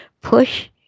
Push